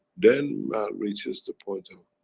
then man reaches the point of,